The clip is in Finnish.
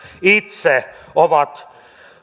itse ovat